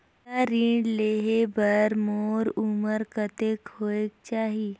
मोला ऋण लेहे बार मोर उमर कतेक होवेक चाही?